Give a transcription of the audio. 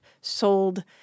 sold